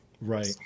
Right